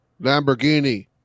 Lamborghini